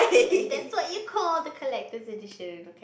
and that's what you call the collector's edition